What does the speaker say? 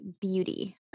beauty